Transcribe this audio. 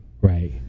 right